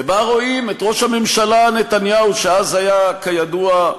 ובה רואים את ראש הממשלה נתניהו, שאז היה, כידוע,